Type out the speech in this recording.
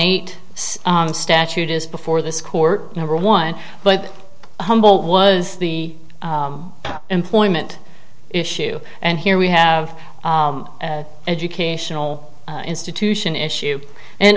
eight statute is before this court number one but humble was the employment issue and here we have educational institution issue and